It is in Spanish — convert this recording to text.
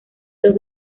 dos